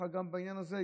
גם בעניין הזה,